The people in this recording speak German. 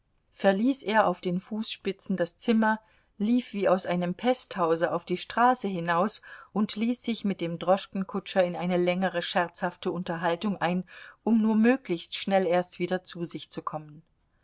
verließ er auf den fußspitzen das zimmer lief wie aus einem pesthause auf die straße hinaus und ließ sich mit dem droschkenkutscher in eine längere scherzhafte unterhaltung ein um nur möglichst schnell erst wieder zu sich zu kommen